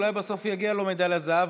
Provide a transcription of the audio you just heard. אולי בסוף תגיע לו מדליית זהב,